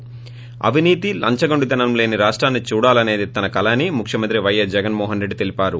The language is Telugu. ి అవినీతి లంచగొండితనం లేని రాష్టాన్ని చూడాలసేది తన కల అని ముఖ్యమంత్రి పైఎస్ జగన్మోహన్ రెడ్లి తెలిపారు